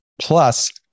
Plus